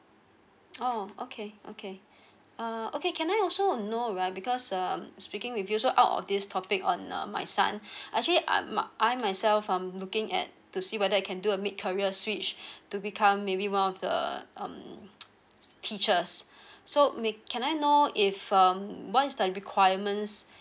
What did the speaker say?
oh okay okay uh okay can I also know right because um speaking with you so out of this topic on um my son actually um I myself am looking at to see whether I can do a M_I_D career switch to become maybe one of the um teachers so may can I know if um what is the requirements